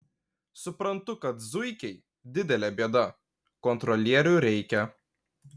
suprantu kad zuikiai didelė bėda kontrolierių reikia